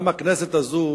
גם הכנסת הזאת,